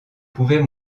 pouvait